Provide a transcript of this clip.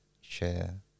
share